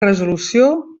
resolució